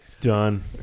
Done